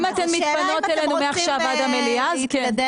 אם אתן מתפנות אלינו מעכשיו עד המליאה אז כן.